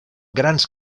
grans